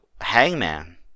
Hangman